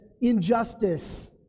injustice